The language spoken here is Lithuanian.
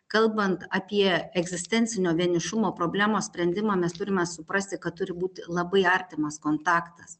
kalbant apie egzistencinio vienišumo problemos sprendimą mes turime suprasti kad turi būti labai artimas kontaktas